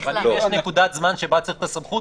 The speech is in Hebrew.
אבל אם יש נקודת זמן שבה צריך את הסמכות,